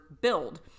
build